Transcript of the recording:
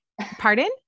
pardon